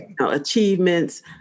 achievements